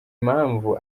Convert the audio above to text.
impamvu